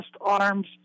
arms